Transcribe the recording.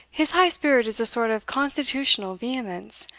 his high spirit is a sort of constitutional vehemence,